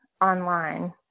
online